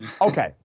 Okay